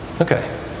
Okay